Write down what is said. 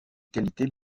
qualités